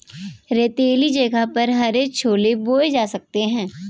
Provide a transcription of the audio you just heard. रेतीले जगह पर हरे छोले बोए जा सकते हैं